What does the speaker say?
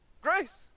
Grace